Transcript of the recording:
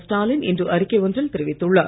ஸ்டாலின் இன்று அறிக்கை ஒன்றில் தெரிவித்துள்ளார்